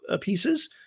pieces